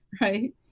right